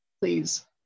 please